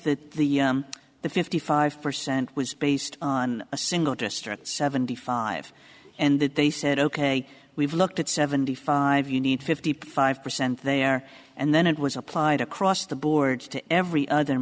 that the the fifty five percent was based on a single district seventy five and that they said ok we've looked at seventy five you need fifty five percent there and then it was applied across the board to every other